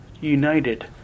united